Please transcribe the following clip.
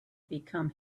become